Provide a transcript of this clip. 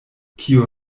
kiu